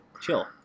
chill